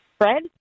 Fred